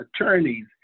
attorneys